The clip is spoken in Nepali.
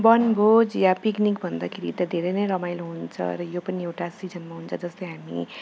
वनभोज वा पिकनिक भन्दाखेरि त धेरै नै रमाइलो हुन्छ र यो पनि एउटा सिजनमा हुन्छ जस्तै हामी